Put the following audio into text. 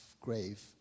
grave